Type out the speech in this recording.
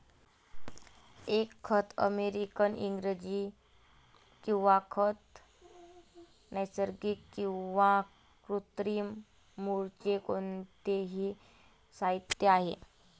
एक खत अमेरिकन इंग्रजी किंवा खत नैसर्गिक किंवा कृत्रिम मूळचे कोणतेही साहित्य आहे